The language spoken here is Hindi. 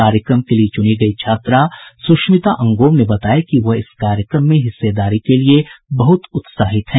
कार्यक्रम के लिये चुनी गयी छात्रा सुष्मिता अंगोम ने बताया कि वह इस कार्यक्रम में हिस्सेदारी के लिये बहुत उत्साहित हैं